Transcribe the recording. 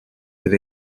fydd